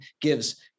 gives